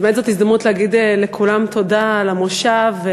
זאת באמת הזדמנות להגיד לכולם תודה על המושב.